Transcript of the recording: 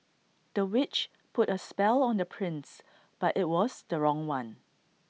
the witch put A spell on the prince but IT was the wrong one